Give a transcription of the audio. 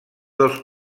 dels